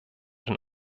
den